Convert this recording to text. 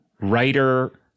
writer-